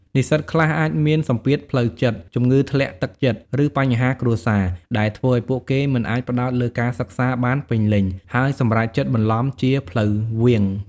និស្សិតខ្លះអាចមានសម្ពាធផ្លូវចិត្ត ជំងឺធ្លាក់ទឹកចិត្ត ឬបញ្ហាគ្រួសារ ដែលធ្វើឱ្យពួកគេមិនអាចផ្ដោតលើការសិក្សាបានពេញលេញ ហើយសម្រេចចិត្តបន្លំជាផ្លូវវាង។